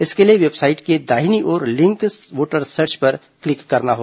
इसके लिए वेबसाइट के दाहिनी ओर लिंक वोटर सर्च पर क्लिक करना है